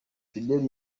fidela